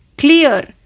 Clear